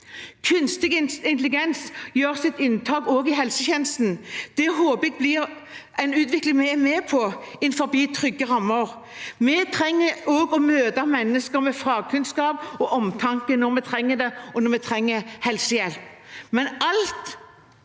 Kunstig intelligens gjør sitt inntog også i helsetjenesten. Det håper jeg blir en utvikling vi er med på innenfor trygge rammer. Vi trenger å møte mennesker med fagkunnskap og omtanke når vi har behov for helsehjelp,